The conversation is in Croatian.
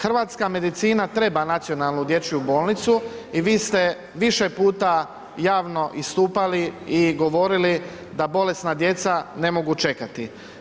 Hrvatska medicina treba nacionalnu dječju bolnicu i vi ste više puta javno istupali i govorili da bolesna djeca ne mogu čekati.